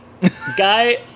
guy